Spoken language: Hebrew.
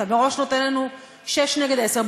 אתה מראש נותן לנו שש נגד עשר,